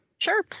Sure